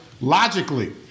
logically